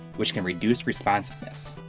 which can reduce responsiveness.